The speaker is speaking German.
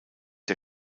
der